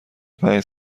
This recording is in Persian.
پنج